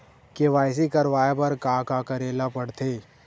KYC करवाय बर का का करे ल पड़थे?